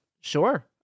sure